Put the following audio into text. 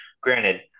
Granted